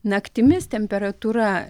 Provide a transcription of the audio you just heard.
naktimis temperatūra